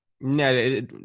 no